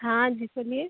हाँ जी बोलिए